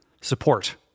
support